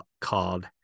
called